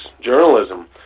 journalism